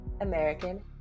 American